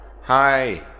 Hi